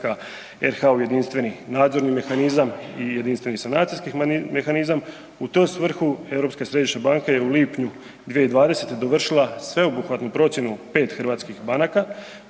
ulaska RH u Jedinstveni nadzorni mehanizam i Jedinstveni sanacijski mehanizam. U tu svrhu, ESB-a je u lipnju 2020. dovršila sveobuhvatnu procjenu 5 hrvatskih banaka